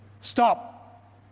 Stop